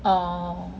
orh